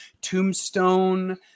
tombstone